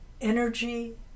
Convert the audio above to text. Energy